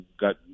got